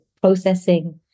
processing